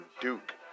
Duke